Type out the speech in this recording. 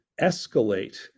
escalate